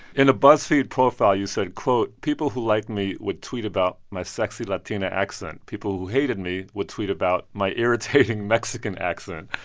in a buzzfeed profile, you said, quote, people who like me would tweet about my sexy latina accent. people who hated me would tweet about my irritating mexican accent.